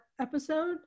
episode